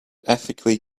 ethically